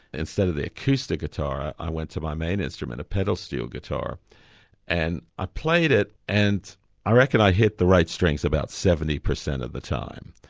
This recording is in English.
instead of the acoustic guitar i went to my main instrument a pedal steel guitar and i played it and i reckon i hit the right strings about seventy percent of the time.